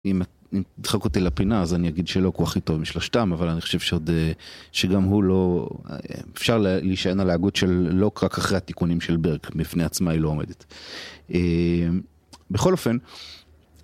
אם תדחק אותי לפינה, אז אני אגיד שלא הוא הכי טוב משלושתם, אבל אני חושב שעוד... שגם הוא לא... אפשר להישען על ההגות של לוק רק אחרי התיקונים של ברק, בפני עצמה היא לא עומדת. בכל אופן...